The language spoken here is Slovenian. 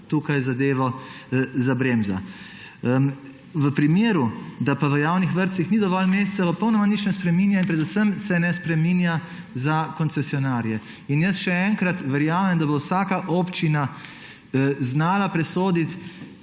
tukaj zadevo zabremza. V primeru, da pa v javnih vrtcih ni dovolj mest, se popolnoma nič ne spreminja in predvsem se ne spreminja za koncesionarje. Še enkrat: verjamem, da bo vsaka občina znala presoditi,